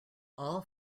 all